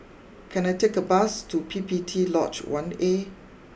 can I take a bus to P P T Lodge one A